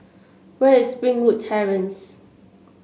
where is Springwood Terrace